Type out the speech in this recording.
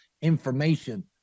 information